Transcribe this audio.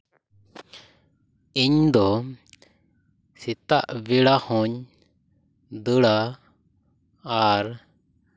ᱤᱧᱫᱚ ᱥᱮᱛᱟᱜ ᱵᱮᱲᱟ ᱦᱚᱸᱧ ᱫᱟᱹᱲᱟ ᱟᱨ